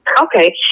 Okay